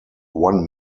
one